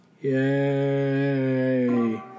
Yay